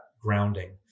grounding